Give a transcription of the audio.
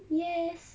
yes